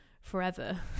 forever